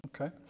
Okay